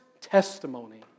testimony